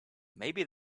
maybe